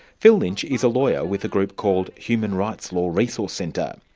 phil lynch is a lawyer with a group called human rights law resource centre.